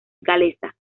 galesa